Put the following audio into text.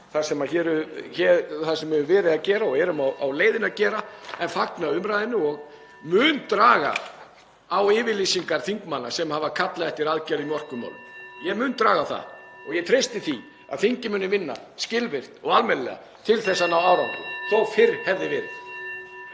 það sem hefur verið gert og það sem við erum á leiðinni að gera en fagna umræðunni og mun draga á yfirlýsingar þingmanna sem hafa kallað eftir aðgerðum í orkumálum. Ég mun draga á það. Ég treysti því að þingið muni vinna skilvirkt og almennilega til að ná árangri — þótt fyrr hefði verið.